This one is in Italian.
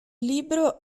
libro